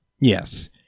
Yes